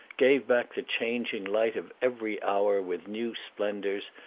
gave back the changing light of every hour with new splendors,